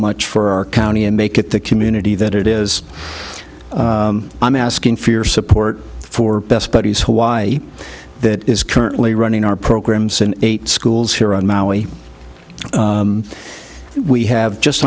much for our county and make it the community that it is i'm asking for your support for best buddies hawaii that is currently running our programs in eight schools here on maui we have just